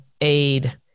aid